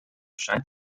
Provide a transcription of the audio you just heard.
scheint